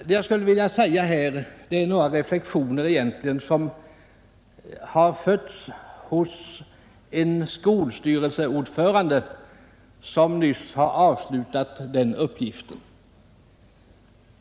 Vad jag skulle vilja framföra här är egentligen några reflexioner som har fötts hos en skolstyrelseordförande, vilken nyss har avslutat sin uppgift.